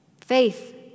Faith